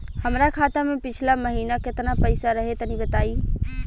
हमरा खाता मे पिछला महीना केतना पईसा रहे तनि बताई?